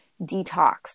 detox